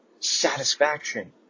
satisfaction